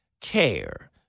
care